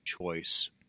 choice